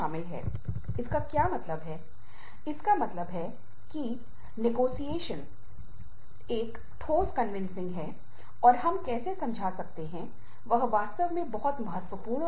काम संगठन से जुड़ा है और जीवन परिवार दोस्तों रिश्तेदारों सामुदायिक कार्यों से जुड़ा हुआ है